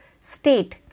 state